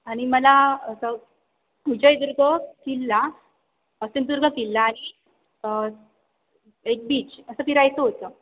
आणि मला असं विजयदुर्ग किल्ला सिंधुदुर्ग किल्ला आणि एक बीच असं फिरायचं होतं